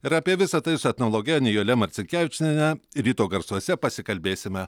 ir apie visa tai su etnologe nijole marcinkevičienine ryto garsuose pasikalbėsime